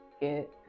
get